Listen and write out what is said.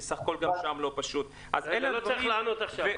כי גם שם לא פשוט -- לא צריך לענות עכשיו.